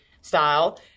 style